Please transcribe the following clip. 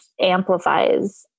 amplifies